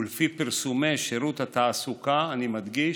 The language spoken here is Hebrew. ולפי פרסומי שירות התעסוקה, אני מדגיש,